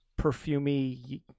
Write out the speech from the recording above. perfumey